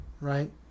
right